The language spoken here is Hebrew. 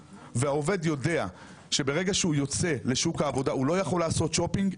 והעובד יודע שברגע שהוא יוצא לשוק העבודה הוא לא יכול לעשות שופינג,